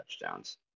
touchdowns